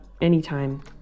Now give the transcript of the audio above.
anytime